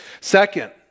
Second